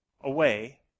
away